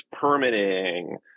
permitting